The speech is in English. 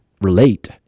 relate